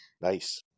nice